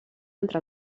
entre